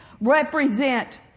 represent